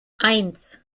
eins